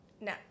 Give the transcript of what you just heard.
No